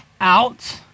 out